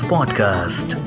Podcast